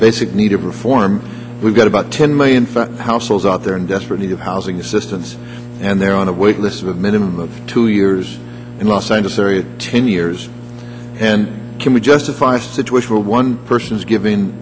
basic need of reform we've got about ten million from households out there in desperate need of housing assistance and they're on a wait list with a minimum of two years in los angeles area ten years and can we justify a situation where one person is given